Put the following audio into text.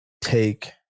take